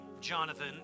Jonathan